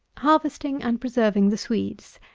harvesting and preserving the swedes.